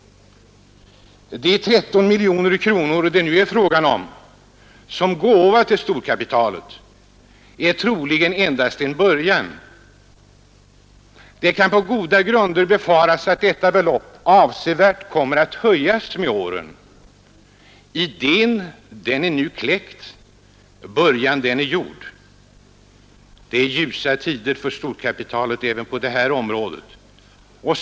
De 13 miljoner kronor det nu är fråga om som gåva till storkapitalet är troligen endast en början. Det kan på goda grunder befaras att detta belopp avsevärt kommer att höjas med åren. Idén är kläckt, början är gjord. Det är ljusa tider för storkapitalet även på detta område.